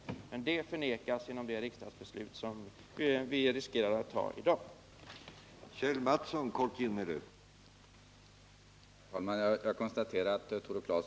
Men den möjligheten förnekas människor genom det riksdagsbeslut som vi riskerar att fatta i dag.